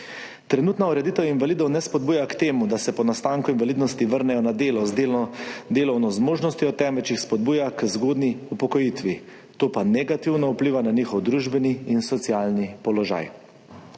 Trenutna ureditev invalidov ne spodbuja k temu, da se po nastanku invalidnosti vrnejo na delo z delno delovno zmožnostjo, temveč jih spodbuja k zgodnji upokojitvi, to pa negativno vpliva na njihov družbeni in socialni položaj.